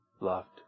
loved